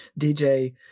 DJ